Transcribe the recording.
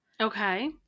okay